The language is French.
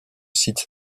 site